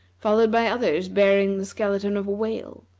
followed by others bearing the skeleton of a whale,